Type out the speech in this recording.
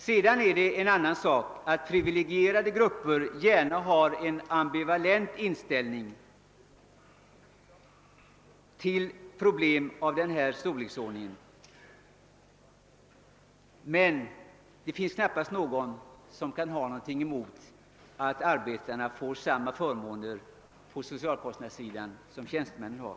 Sedan är det en annan sak att privilegierade grupper gärna har en ambivalent inställning till problem av denna storleksordning, men det finns knappast någon som kan ha någonting emot att arbetarna får samma förmåner på socialkostnadssidan som tjänstemännen har.